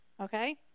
okay